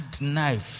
knife